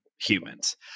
humans